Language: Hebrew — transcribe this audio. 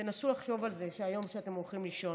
תנסו לחשוב על זה היום כשאתם הולכים לישון.